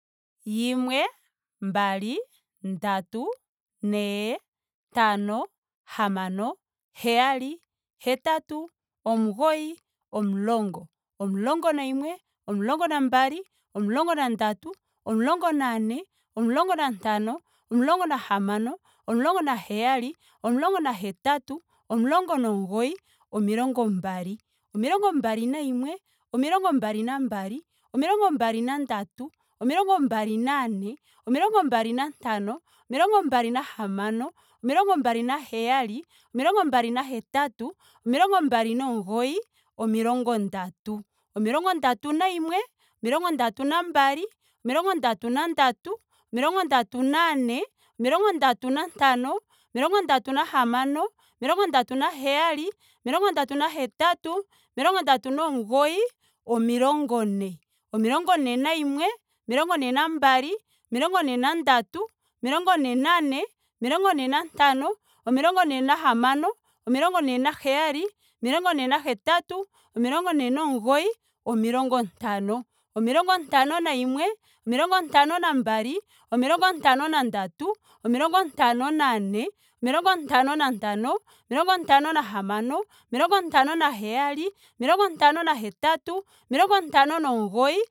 Yimwe. mbali. ndatu. ne. ntano. hamano. heyali. hetatu. omugoyi. omulongo. omulongo nayimwe. omulonga nambali. omulongo nandatu. omulongo nane. omulong nantano. omulongo nahamano. omulongo naheyali. omulongo nahetatu. omulongo nomugoyi. omilongo mbali. omilongo mbali nayimwe. omilongo mbali na mbali. omilongo mbali na ndantu. omilongo mbali nane. omilongo mbali nantano. omilongombali nahamano. omilongo mbali naheyali. omilongo mbali na hetatu. omilongo mbali nomugoyi. omilongo ndatu. omilongo ndatu nayimwe. omilongo ndatu nambali. omilongo ndatu na ndatu. omilongo ndatu na ne. omilongo ndatu nantano. omilongo ndatu nahamano. omilongo ndatu na hetatu. omilongo ndatu nomugoyi. omilongo ne. omilongo ne nayimwe. omilongo ne nambali. omilongo ne nandatu. omilongo ne nane. omilongo ne nantano. omilongo ne nahamano. omilongo ne naheyali. omilongo ne nahetatu. omilongo ne nomugoyi. omilongo ntano. omilongo ntano nayimwe. omilongo ntano na mbali. omilongo ntano na ndatu. omilongo ntano na ne. omilongo ntano na ntano. omilongo ntano nahamano. omilongo ntano naheyali. omilongo ntano nahetatu. omilongo ntano nomugoyi